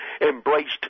embraced